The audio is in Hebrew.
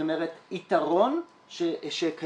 זאת אומרת יתרון שקיים.